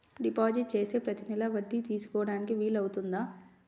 Deposit చేస్తే ప్రతి నెల వడ్డీ తీసుకోవడానికి వీలు అవుతుందా?